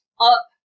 up